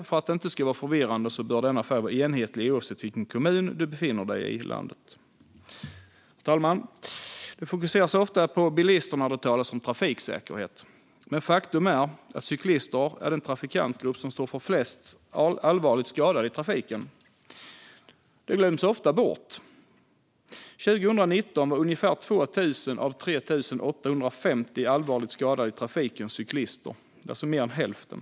För att det inte ska vara förvirrande bör dock denna färg vara enhetlig oavsett vilken kommun i landet du befinner dig i. Herr talman! Det fokuseras ofta på bilister när det talas om trafiksäkerhet. Men faktum är att cyklister är den trafikantgrupp som står för flest allvarligt skadade i trafiken. Det glöms ofta bort. År 2019 var ungefär 2 000 av 3 850 allvarligt skadade i trafiken cyklister, alltså mer än hälften.